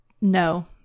no